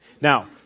Now